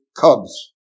cubs